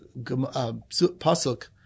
Pasuk